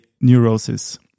neurosis